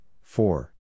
four